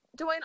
dwayne